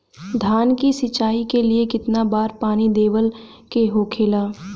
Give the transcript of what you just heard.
धान की सिंचाई के लिए कितना बार पानी देवल के होखेला?